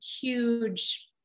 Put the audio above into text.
huge